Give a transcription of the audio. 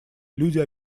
люди